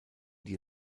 die